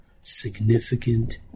significant